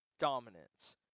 dominance